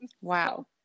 wow